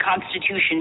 Constitution